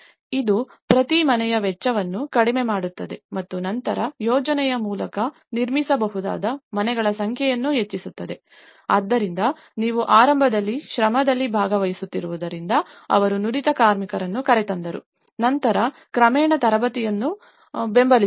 ಇದು ಪ್ರತಿ ಮನೆಯ ವೆಚ್ಚವನ್ನು ಕಡಿಮೆ ಮಾಡುತ್ತದೆ ಮತ್ತು ನಂತರ ಯೋಜನೆಯ ಮೂಲಕ ನಿರ್ಮಿಸಬಹುದಾದ ಮನೆಗಳ ಸಂಖ್ಯೆಯನ್ನು ಹೆಚ್ಚಿಸುತ್ತದೆ ಆದ್ದರಿಂದ ನೀವು ಆರಂಭದಲ್ಲಿ ಶ್ರಮದಲ್ಲಿ ಭಾಗವಹಿಸುತ್ತಿರುವುದರಿಂದ ಅವರು ನುರಿತ ಕಾರ್ಮಿಕರನ್ನು ಕರೆತಂದರು ಮತ್ತು ನಂತರ ಕ್ರಮೇಣ ತರಬೇತಿಯನ್ನು ಬೆಂಬಲಿಸಿದರು